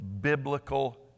biblical